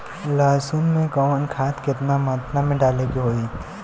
लहसुन में कवन खाद केतना मात्रा में डाले के होई?